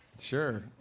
Sure